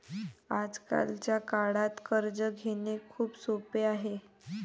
आजच्या काळात कर्ज घेणे खूप सोपे आहे